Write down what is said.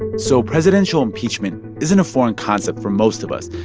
so presidential impeachment isn't a foreign concept for most of us.